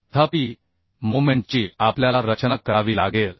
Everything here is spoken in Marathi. तथापि मोमेन्टची आपल्याला रचना करावी लागेल